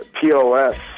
POS